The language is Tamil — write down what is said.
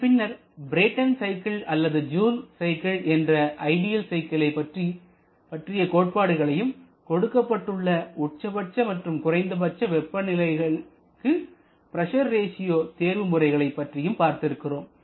இதன் பின்னர் பிரேட்டன் சைக்கிள் அல்லது ஜூல் சைக்கிள் என்ற ஐடியல் சைக்கிளை பற்றிய கோட்பாடுகளையும் கொடுக்கப்பட்டுள்ள உச்சபட்ச மற்றும் குறைந்தபட்ச வெப்பநிலைகளுக்கு பிரஷர் ரேஷியோ தேர்வு முறைகளையும் பற்றி பார்த்திருக்கிறோம்